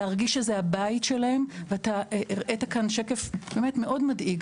להרגיש שזה הבית שלהם ואתה הראית כאן שקף מאוד מדאיג